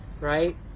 right